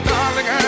Darling